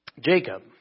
Jacob